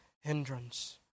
hindrance